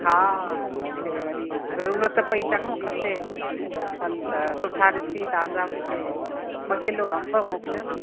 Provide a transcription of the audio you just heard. हा मूंखे वरी जरूरत पई चङो खपे फ़ल त सुठा ॾिसी ताज़ा मूंखे ॿ किलो अंब मोकिलियो न